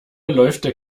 läuft